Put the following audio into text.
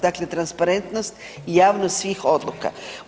Dakle, transparentnost i javnost svih odluka.